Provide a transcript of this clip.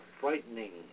frightening